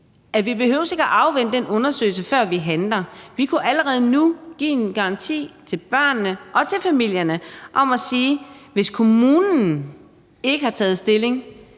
at vi ikke behøver at afvente den undersøgelse, før vi handler? Vi kunne allerede nu give en garanti til børnene og til familierne ved at sige, at hvis kommunen ikke har taget stilling,